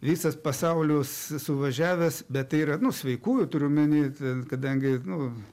visas pasaulis suvažiavęs bet tai yra nu sveikųjų turiu omeny kadangi nu